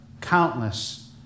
countless